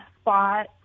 spot